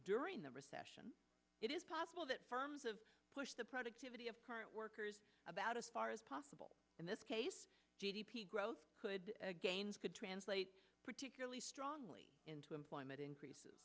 during the recession it is possible that firms of push the productivity of current workers about as far as possible in this case g d p growth could again could translate particularly strongly into employment increases